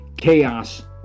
chaos